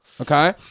Okay